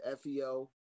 FEO